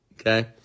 okay